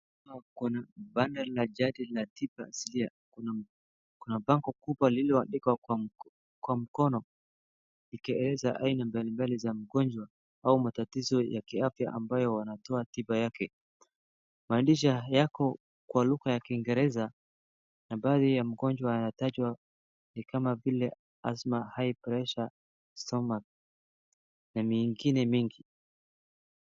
Kuna banda la jadi la tiba asilia. Kuna bango kubwa lililoandikwa kwa mkono likieleza aina mbalimbali za magonjwa au matatizo ya kiafya ambayo wanatoa tiba yake. Maandishi yako kwa lugha ya Kiingereza, na baadhi ya magonjwa yanatajwa ni kama vile asthma, high pressure, stomach, na mengine mengi.